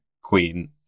queen